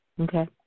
Okay